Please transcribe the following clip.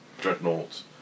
dreadnoughts